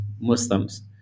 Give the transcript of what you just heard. Muslims